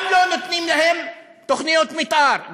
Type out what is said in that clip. גם לא נותנים להם תוכניות מתאר,